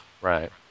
Right